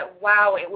wow